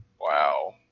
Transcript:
Wow